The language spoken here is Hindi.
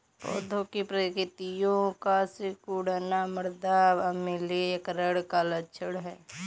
पौधों की पत्तियों का सिकुड़ना मृदा अम्लीकरण का लक्षण है